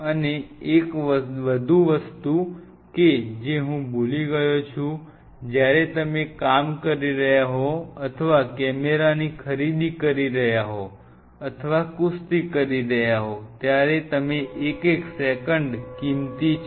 અને એક વધુ વસ્તુ કે જે હું ભૂલી ગયો છું જ્યારે તમે કામ કરી રહ્યા હોવ અથવા કેમેરાની ખરીદી કરી રહ્યા હોવ અથવા કુસ્તી કરી રહ્યા હોવ ત્યારે તમે એક એક સેકંડ કિમતી છે